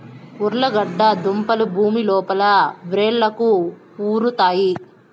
ఉర్లగడ్డ దుంపలు భూమి లోపల వ్రేళ్లకు ఉరుతాయి